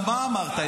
מה אמרת?